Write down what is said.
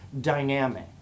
dynamic